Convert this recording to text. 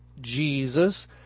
Jesus